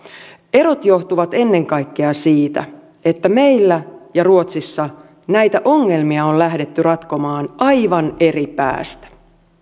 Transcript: erot johtuvat ennen kaikkea siitä että meillä ja ruotsissa näitä ongelmia on lähdetty ratkomaan aivan eri päistä